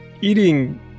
eating